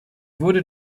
wurde